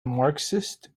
marxist